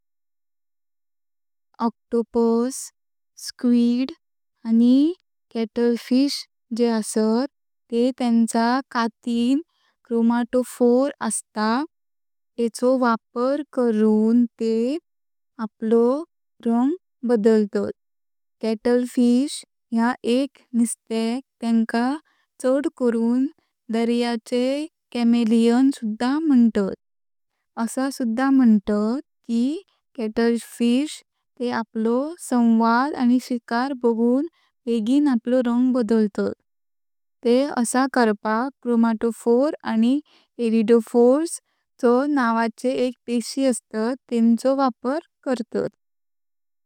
Octopus, squid आनी cuttlefish जेह असात तेह तेंचा कातिं क्रोमॅटोफोर आस्तात तेंचो वापार करुन तेह आपलो रंग बदलतात। कॅटलफिश ह्या एक निस्तेक तेंका चड करून दर्याचे कमेलिओन सुध्दा म्हुंटात, असा सुध्दा म्हुंटात कि कॅटलफिश तेह आपलो संवाद आनी शिकार बगुन बगिन आपलो रंग बदलतात। तेह असा करपाक क्रोमॅटोफोर आनी इरिडोफोर्स चो नावाचे एक पेशी आस्तात तेंचो वापार करतात।